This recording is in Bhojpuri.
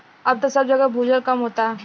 अब त सब जगह भूजल कम होता